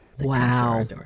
Wow